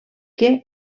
que